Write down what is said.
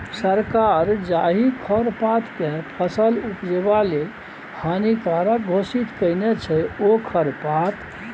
सरकार जाहि खरपातकेँ फसल उपजेबा लेल हानिकारक घोषित केने छै ओ खरपात हानिकारक खरपात छै